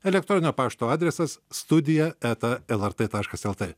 elektroninio pašto adresas studija eta lrt taškas lt